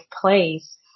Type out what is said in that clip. place